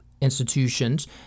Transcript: institutions